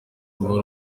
urugo